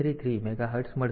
333 megahertz મળશે